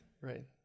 right